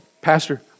Pastor